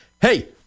Hey